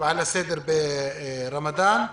והסדר ברמדאן.